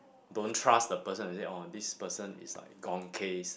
don't trust the person is it or this person is like gone case